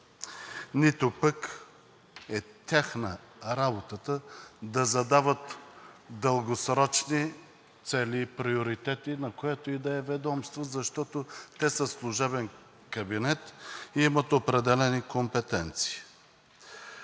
нито пък е тяхна работа да задават дългосрочни цели и приоритети, на което и да е ведомство, защото те са служебен кабинет и имат определени компетенции.